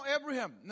Abraham